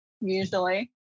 usually